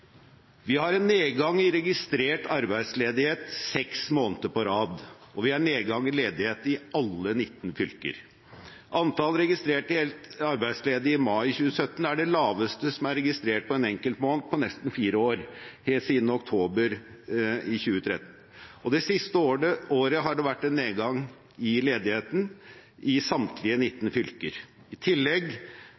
Vi har en nedgang i registrert arbeidsledighet seks måneder på rad. Det er nedgang i ledigheten i alle 19 fylker. Antall registrerte helt arbeidsledige i mai 2017 er det laveste som er registrert på en enkeltmåned på nesten fire år, helt siden oktober 2013. Det siste året har det vært en nedgang i ledigheten i samtlige 19